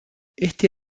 este